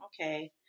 okay